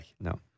No